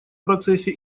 процессе